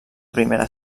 primera